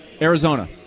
Arizona